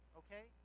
okay